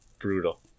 Brutal